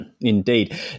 Indeed